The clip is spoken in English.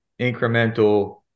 incremental